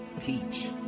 peach